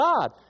God